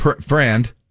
friend